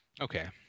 Okay